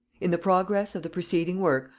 in the progress of the preceding work,